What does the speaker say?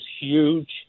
huge